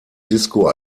disco